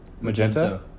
Magenta